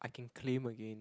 I can claim again